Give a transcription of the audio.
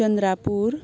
Chandrapur